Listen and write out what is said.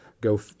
go